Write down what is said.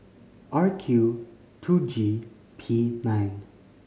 R Q two G P nine